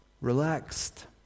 Relaxed